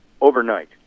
overnight